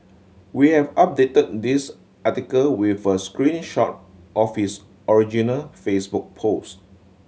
we have updated this article with a screen shot of his original Facebook post